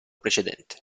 precedente